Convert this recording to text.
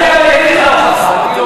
אני לומד ממך.